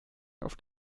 oft